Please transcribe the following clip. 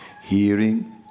hearing